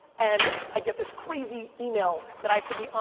and i get this crazy email that i have to be on,